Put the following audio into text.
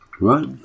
Right